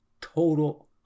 Total